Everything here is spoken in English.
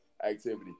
Activity